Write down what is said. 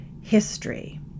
history